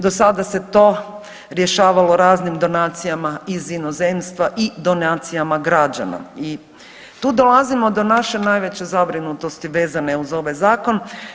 Do sada se to rješavalo raznim donacijama iz inozemstva i donacijama građana i tu dolazimo do naše najveće zabrinutosti vezane uz ovaj zakon.